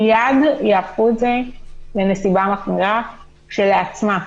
מיד יהפכו את זה לנסיבה מחמירה כשלעצמה.